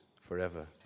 forever